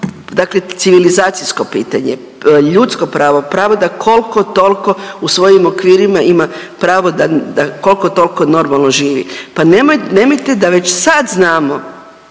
dakle civilizacijsko pitanje, ljudsko pravo, pravo da koliko toliko u svojim okvirima ima pravo da koliko toliko normalno živi. Pa nemojte da već sad znamo